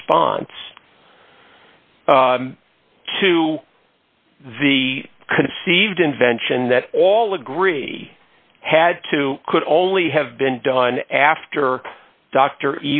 response to the conceived invention that all agree had to could only have been done after dr